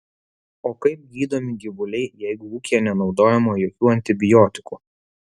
o kaip gydomi gyvuliai jeigu ūkyje nenaudojama jokių antibiotikų